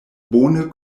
bone